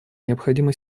необходимо